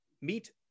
Meet